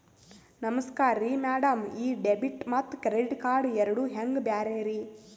ನಮಸ್ಕಾರ್ರಿ ಮ್ಯಾಡಂ ಈ ಡೆಬಿಟ ಮತ್ತ ಕ್ರೆಡಿಟ್ ಕಾರ್ಡ್ ಎರಡೂ ಹೆಂಗ ಬ್ಯಾರೆ ರಿ?